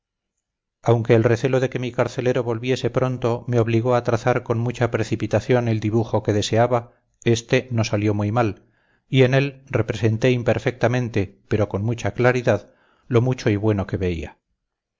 aunque el recelo de que mi carcelero volviese pronto me obligó a trazar con mucha precipitación el dibujo que deseaba este no salió mal y en él representé imperfectamente pero con mucha claridad lo mucho y bueno que veía